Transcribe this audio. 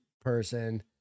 person